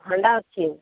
ହାଣ୍ଡା ଅଛି